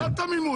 לא את המימון.